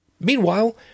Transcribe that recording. Meanwhile